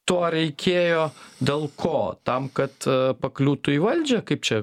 to reikėjo dėl ko tam kad pakliūtų į valdžią kaip čia